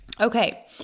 Okay